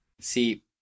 See